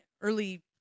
early